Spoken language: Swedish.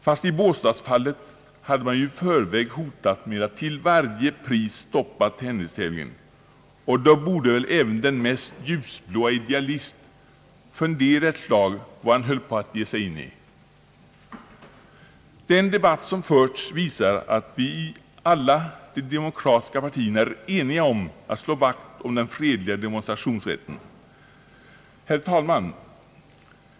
Fast i båstadsfallet hade man ju i förväg hotat med att till varje pris stoppa tennistävlingen; och då borde väl även den mest ljusblåa idealist ha funderat ett slag över vad han höll på att ge sig in i. Den debatt som förts visar att vi i alla de demokratiska partierna är eniga om att slå vakt kring den fredliga demonstrationsrätten. Herr talman!